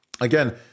Again